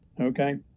okay